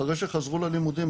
אחרי שחזרו ללימודים,